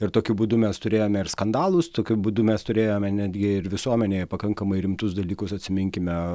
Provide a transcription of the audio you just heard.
ir tokiu būdu mes turėjome ir skandalus tokiu būdu mes turėjome netgi ir visuomenėje pakankamai rimtus dalykus atsiminkime